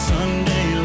Sunday